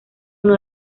uno